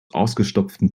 ausgestopften